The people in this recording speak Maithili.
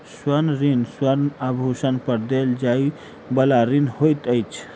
स्वर्ण ऋण स्वर्ण आभूषण पर देल जाइ बला ऋण होइत अछि